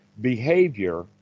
behavior